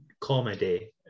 comedy